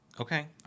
Okay